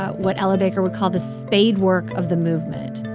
what ella baker would call the spade work of the movement,